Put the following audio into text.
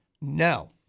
No